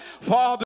Father